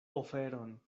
oferon